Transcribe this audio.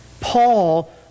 Paul